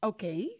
Okay